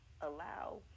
allow